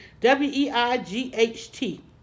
W-E-I-G-H-T